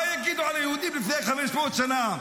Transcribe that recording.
מה יגידו על היהודים לפני 500 שנה?